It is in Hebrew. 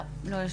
לא.